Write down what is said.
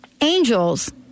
angels